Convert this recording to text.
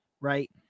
right